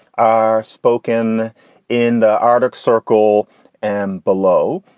are spoken in the arctic circle and below.